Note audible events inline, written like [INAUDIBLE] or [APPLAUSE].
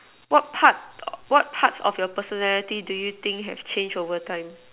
what part [NOISE] what parts of your personality do you think have changed over time